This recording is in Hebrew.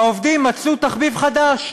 העובדים מצאו תחביב חדש: